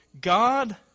God